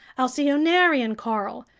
alcyonarian coral,